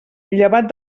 llevat